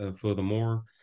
furthermore